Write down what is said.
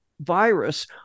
virus